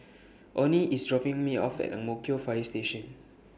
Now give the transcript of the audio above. Onie IS dropping Me off At Ang Mo Kio Fire Station